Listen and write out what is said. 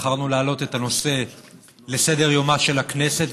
בחרנו להעלות את הנושא על סדר-יומה של הכנסת,